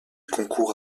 concours